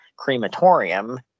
crematorium